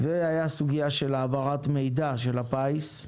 סוגיה הייתה סוגיית העברת מידע של הפיס,